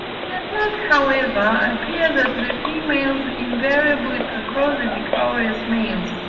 it does not, however, appear that the females invariably prefer the victorious males.